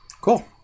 cool